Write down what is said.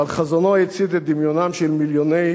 אבל חזונו הצית את דמיונם של מיליוני